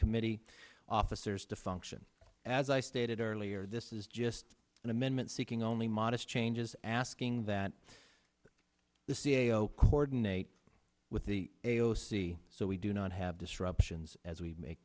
committee officers to function as i stated earlier this is just an amendment seeking only modest changes asking that the c e o corden ate with the a o c so we do not have disruptions as we make